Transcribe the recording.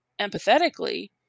empathetically